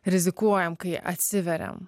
rizikuojam kai atsiveriam